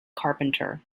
carpenter